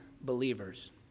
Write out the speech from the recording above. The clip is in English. believers